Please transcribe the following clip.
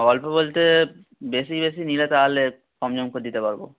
অল্প বলতে বেশি বেশি নিলে তাহলে কম সম করে দিতে পারবো